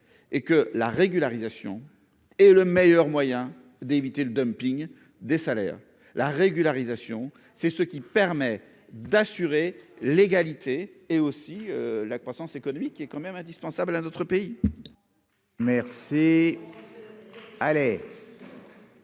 et que la régularisation et le meilleur moyen d'éviter le dumping des salaires, la régularisation, c'est ce qui permet d'assurer l'égalité et aussi la croissance économique est quand même indispensable à notre pays. Merci, allez.